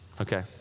Okay